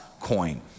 coin